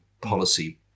policy